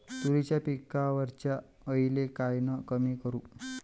तुरीच्या पिकावरच्या अळीले कायनं कमी करू?